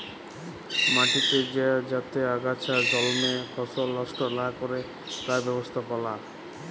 মাটিতে যাতে আগাছা জল্মে ফসল লস্ট লা ক্যরে তার ব্যবস্থাপালা